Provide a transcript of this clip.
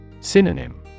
Synonym